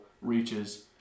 reaches